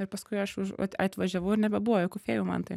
ir paskui aš už vat atvažiavau ir nebebuvo jokių fėjų mantai